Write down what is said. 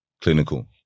clinical